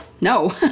no